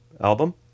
album